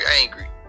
angry